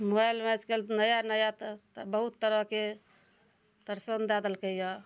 मोबाइलमे आइकाल्हि नया नया तऽ बहुत तरहके दर्शन दऽ देलकैया